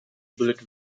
bullet